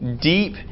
deep